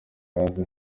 hafi